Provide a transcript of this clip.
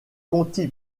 conti